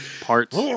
parts